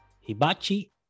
Hibachi